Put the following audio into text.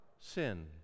sin